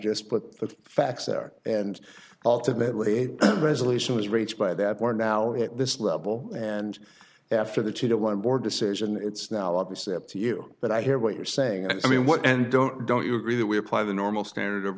just put the facts and ultimately a resolution was reached by that we're now at this level and after the two to one board decision it's now obvious that to you that i hear what you're saying i mean what and don't don't you agree that we apply the normal standard of